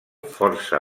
força